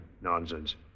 Nonsense